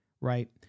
Right